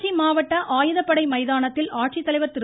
திருச்சி மாவட்ட ஆயுதப்படை மைதானத்தில் ஆட்சித்தலைவர் திரு